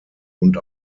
und